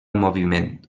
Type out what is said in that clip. moviment